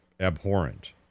abhorrent